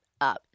up